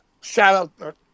Shout-out